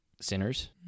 Sinners